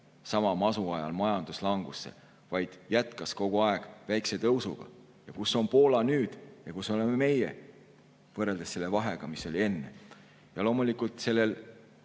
masuajal majanduslangusse, vaid jätkas kogu aeg väikese tõusuga. Kus on Poola nüüd ja kus oleme meie võrreldes selle vahega, mis oli enne? Loomulikult olid